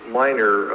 minor